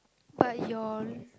but your